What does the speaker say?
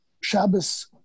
Shabbos